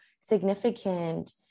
significant